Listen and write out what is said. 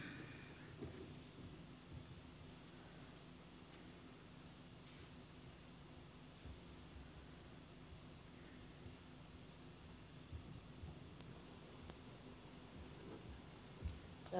arvoisa puhemies